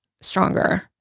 stronger